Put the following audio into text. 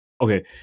okay